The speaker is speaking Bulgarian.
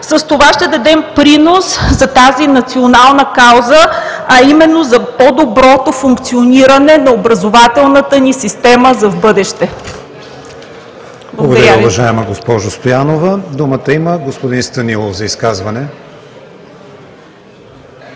с което ще дадем принос за тази национална кауза, а именно за по-доброто функциониране на образователната ни система в бъдеще. Благодаря